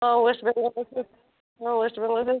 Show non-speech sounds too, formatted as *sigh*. ହଁ ୱେଷ୍ଟବେଙ୍ଗଲ *unintelligible* ହଁ ୱେଷ୍ଟବେଙ୍ଗଲ